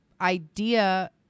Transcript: idea